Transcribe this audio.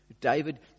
david